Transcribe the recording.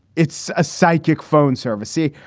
it's a psychic phone service. see,